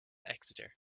exeter